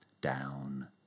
down